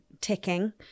ticking